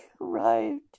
arrived